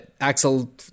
Axel